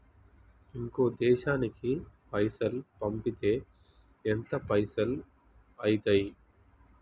ఇంకో దేశానికి పైసల్ పంపితే ఎంత పైసలు అయితయి?